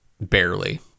barely